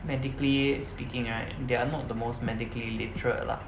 medically speaking right they are not the most medically literate lah